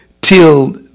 till